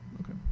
okay